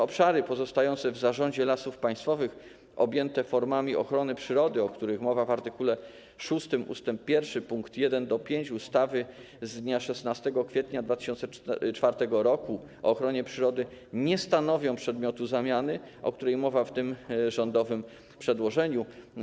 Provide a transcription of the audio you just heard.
Obszary pozostające w zarządzie Lasów Państwowych objęte formami ochrony przyrody, o których mowa w art. 6 ust. 1 pkt 1–5 ustawy z dnia 16 kwietnia 2004 r. o ochronie przyrody, nie stanowią przedmiotu zamiany, o której mowa w tym rządowym przedłożeniu.